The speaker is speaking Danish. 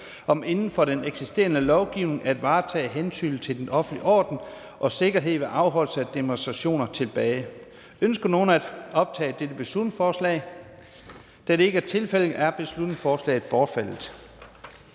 om inden for den eksisterende lovgivning at varetage hensynet til den offentlige orden og sikkerhed ved afholdelse af demonstrationer. (Beslutningsforslag nr. B 52). Ønsker nogen at optage dette beslutningsforslag? Da det ikke er tilfældet, er beslutningsforslaget bortfaldet.